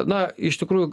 na iš tikrųjų